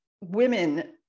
women